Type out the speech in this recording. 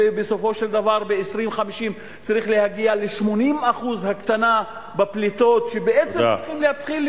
ובסופו של דבר ב-2050 צריך להגיע ל-80% הקטנה בפליטות -- תודה.